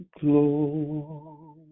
glory